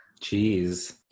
Jeez